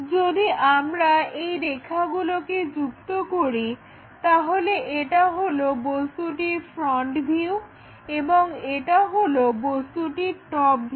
যদি আমরা এই রেখাগুলোকে যুক্ত করি তাহলে এটা হলো বস্তুটির ফ্রন্ট ভিউ এবং এটা হলো বস্তুটির টপ ভিউ